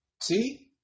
See